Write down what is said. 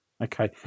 Okay